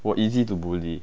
我 easy to bully